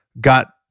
got